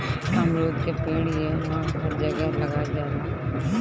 अमरूद के पेड़ इहवां हर जगह लाग जाला